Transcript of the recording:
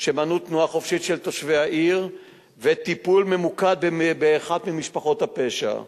שמנעו תנועה חופשית של תושבי העיר וטיפול ממוקד באחת ממשפחות הפשע.